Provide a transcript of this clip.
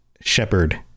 Shepherd